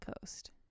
coast